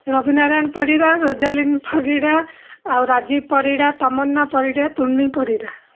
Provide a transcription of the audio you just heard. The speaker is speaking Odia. ରବି ନାରାୟଣ ପରିଡ଼ା ରୋଜାଲିନ ପରିଡ଼ା ଆଉ ରାଜୀବ ପରିଡ଼ା ତମନା ପରିଡ଼ା କୁନି ପରିଡ଼ା